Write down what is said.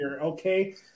okay